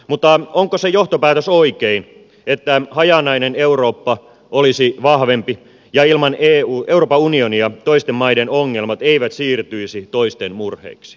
mutta onko se johtopäätös oikein että hajanainen eurooppa olisi vahvempi ja ilman euroopan unionia toisten maiden ongelmat eivät siirtyisi toisten murheiksi